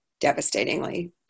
devastatingly